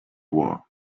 war